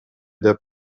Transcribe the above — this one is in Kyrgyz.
деп